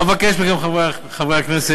אבקש מכם, חברי הכנסת,